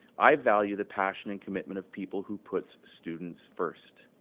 i value the passion and commitment of people who puts students first.